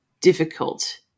difficult